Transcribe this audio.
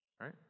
Right